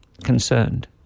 concerned